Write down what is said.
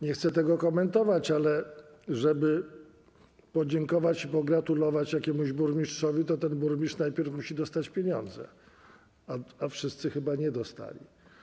Nie chcę tego komentować, ale żeby podziękować i pogratulować jakiemuś burmistrzowi, to ten burmistrz najpierw musi dostać pieniądze, a wszyscy chyba nie dostali.